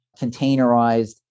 containerized